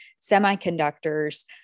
semiconductors